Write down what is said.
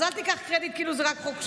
אז אל תיקח קרדיט כאילו זה רק חוק שלי.